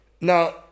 Now